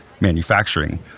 manufacturing